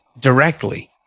directly